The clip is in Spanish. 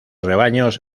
rebaños